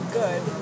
good